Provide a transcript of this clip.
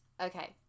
Okay